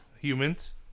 humans